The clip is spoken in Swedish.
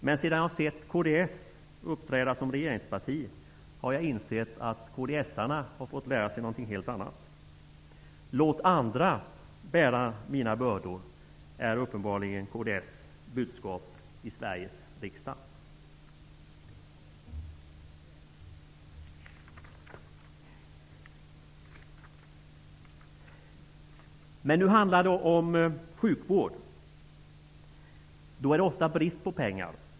Men sedan jag sett kds uppträda som regeringsparti har jag insett att kds:arna fått lära sig någonting helt annat. ''Låt andra bära mina bördor'' är uppenbarligen kds budskap i Sveriges riksdag. Men nu handlar det om sjukvård. Då är det ofta brist på pengar.